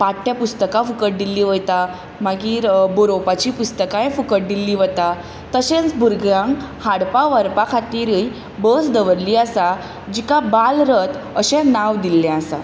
पाट्यपुस्तकां फुकट दिल्ली वयता मागीर बरोवपाचीय पुस्तकांय फुकट दिल्ली वता तशेंच भुरग्यांक हाडपा व्हरपा खातीरूय बस दवरली आसा जिका बालरथ अशें नांव दिल्लें आसा